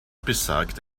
besagt